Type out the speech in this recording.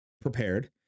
prepared